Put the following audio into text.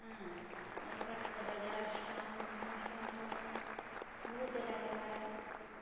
हँ बड़का टाके बजार स्टॉन हय स्टॉनमे बहुते टाके हय